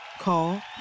Call